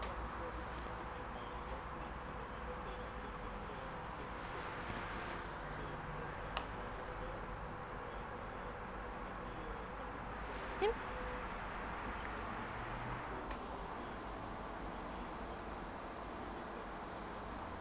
ya